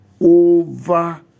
over